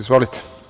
Izvolite.